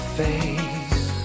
face